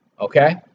okay